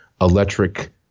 electric